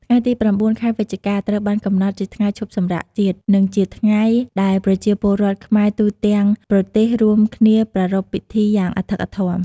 ថ្ងៃទី ៩ ខែវិច្ឆិកា ត្រូវបានកំណត់ជាថ្ងៃឈប់សម្រាកជាតិ និងជាថ្ងៃដែលប្រជាពលរដ្ឋខ្មែរទូទាំងប្រទេសរួមគ្នាប្រារព្ធពិធីយ៉ាងអធិកអធម។